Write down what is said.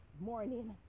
morning